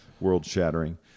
world-shattering